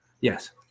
Yes